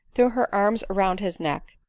threw her arms round his neck,